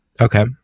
Okay